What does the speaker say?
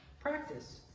practice